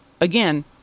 Again